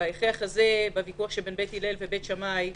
בוויכוח שבין בית הלל ובית שמאי,